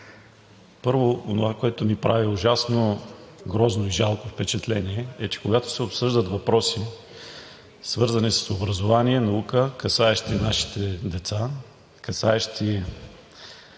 онова, което ми прави ужасно грозно и жалко впечатление, е, че когато се обсъждат въпроси, свързани с образование, наука, касаещи нашите деца, касаещи